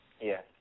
Yes